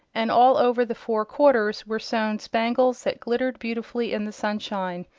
and all over the four quarters were sewn spangles that glittered beautifully in the sunshine.